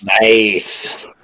Nice